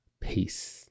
Peace